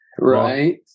Right